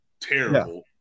terrible